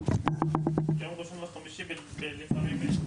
חיסון וגם להנגיש את המידע בשני אופנים לאותם האנשים,